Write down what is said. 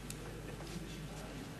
איתן כבל.